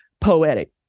poetic